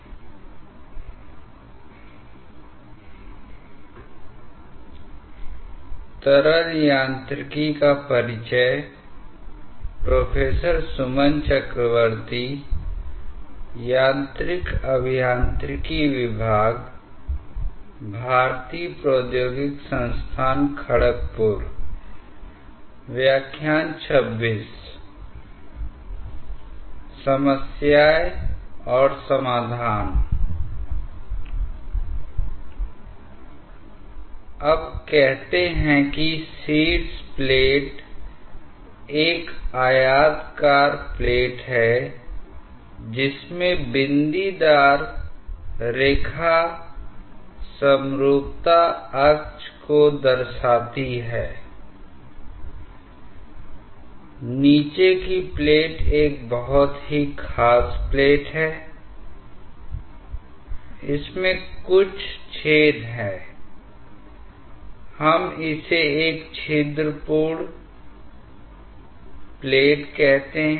इसका उद्देश्य एक पाइप के माध्यम से होने वाले प्रवाह दर आयतन प्रवाह दर को नापना था I अब इसके लिए हम इस प्रकार की व्यवस्था का उपयोग करते हैं जहाँ आपके पास एक अभिसरण खंड होता है जिसे कभी कभी एक अभिसरण शंकु भी कहा जाता है इसके बाद यहां पर एक कंठ नलिका है जहां पर अनुप्रस्थ काट का क्षेत्रफल इस पूरे सिस्टम में न्यूनतम है और फिर एक अपसारी खंड है I और उद्देश्य स्पष्ट है कि इस हिस्से को पाइप के साथ फिट होना है